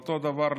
אותו הדבר,